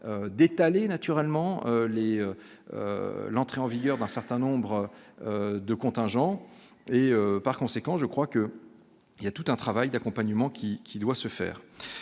d'étaler naturellement les l'entrée en vigueur d'un certain nombre de contingents et par conséquent je crois que il y a tout un travail d'accompagnement qui qui doit se faire,